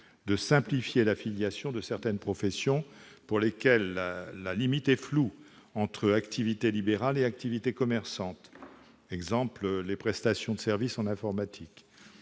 de simplifier l'affiliation de certaines professions, pour lesquelles la limite est floue entre activité libérale et activité commerçante : il en est ainsi, par exemple, pour les prestations de services en informatique.